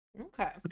okay